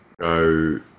go